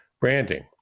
branding